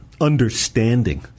understanding